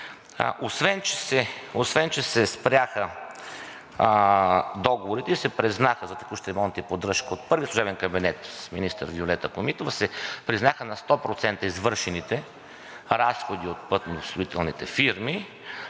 Освен че се спряха договорите и се признаха за текущ ремонт и поддръжка от първия служебен кабинет с министър Виолета Комитова, се признаха на 100% извършените разходи от пътностроителните фирми.